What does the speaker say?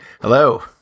Hello